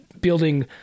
building